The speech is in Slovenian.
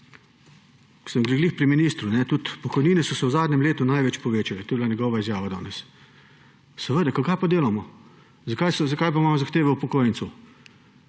Ker sem ravno pri ministru − tudi pokojnine so se v zadnjem letu najbolj povečale, to je bila njegova izjava danes. Seveda, kaj pa delamo, zakaj pa imamo zahteve upokojencev?